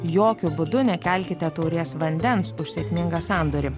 jokiu būdu nekelkite taurės vandens už sėkmingą sandorį